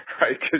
Right